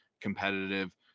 competitive